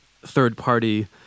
third-party